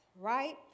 right